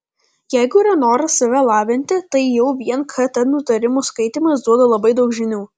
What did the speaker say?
jeigu yra noras save lavinti tai jau vien kt nutarimų skaitymas duoda labai daug žinių